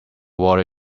water